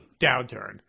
downturn